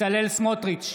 בצלאל סמוטריץ'